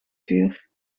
vuur